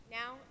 now